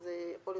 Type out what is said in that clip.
אז יכול להיות